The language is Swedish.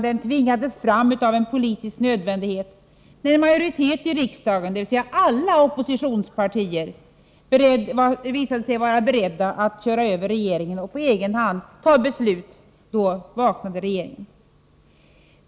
Den tvingades fram som en politisk nödvändighet när en majoritet i riksdagen, dvs. alla oppositionspartier, visade sig vara beredda att köra över regeringen och på egen hand fatta beslut. Då vaknade regeringen.